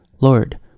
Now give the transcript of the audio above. Lord